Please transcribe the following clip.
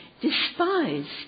despised